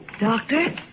Doctor